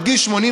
עד גיל 87,